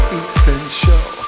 essential